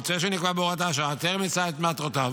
המתווה שנקבע בהוראת השעה טרם מיצה את מטרותיו